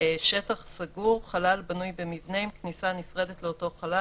"שטח סגור" חלל בנוי במבנה עם כניסה נפרדת לאותו חלל,